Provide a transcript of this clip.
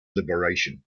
liberation